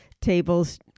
tables